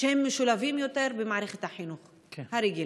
שמשולבים יותר במערכת החינוך הרגילה.